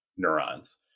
Neurons